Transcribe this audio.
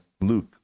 Luke